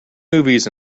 movies